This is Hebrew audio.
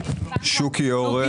שוקי אורן, שלום לך.